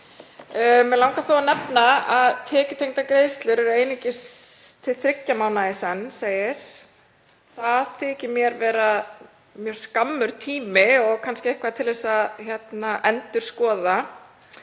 Mig langar þó að nefna að tekjutengdar greiðslur eru einungis til þriggja mánaða í senn, eins og segir þar. Það þykir mér vera mjög skammur tími og kannski eitthvað sem mætti endurskoða.